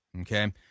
okay